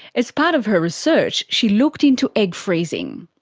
as part of her research, she looked into egg freezing.